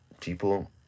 People